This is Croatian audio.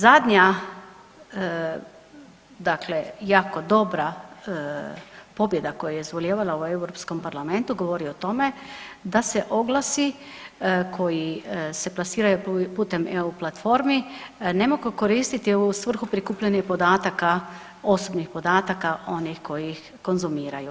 Zadnja jako dobra pobjeda koja je izvolijevala u Europskom parlamentu govori o tome da se oglasi koji se plasiraju putem eu platformi ne mogu koristiti u svrhu prikupljanja podataka osobnih podataka onih koji ih konzumiraju.